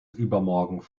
übermorgen